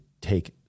take